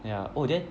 yeah oh then